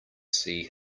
see